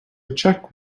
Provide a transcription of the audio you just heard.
check